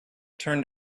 turned